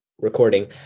recording